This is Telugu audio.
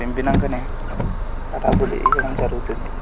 నింపినాకనే ఆ డబ్బుని ఇవ్వడం జరుగుతుంది